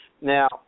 Now